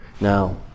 Now